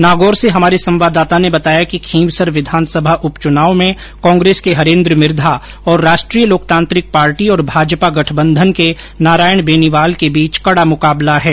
नागौर से हमारे संवाददाता ने बताया कि खींवसर विधानसभा उप चुनाव में कांग्रेस के हरेन्द्र मिर्घा और राष्ट्रीय लोकतांत्रिक पार्टी और भाजपा गठबंधन के नारायण बेनीवाल के र्बीच कडा मुकाबला है